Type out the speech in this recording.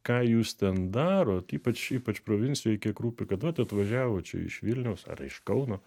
ką jūs ten darot ypač ypač provincijoj kiek rūpi kad vat atvažiavo čia iš vilniaus ar iš kauno